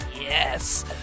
yes